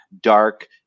dark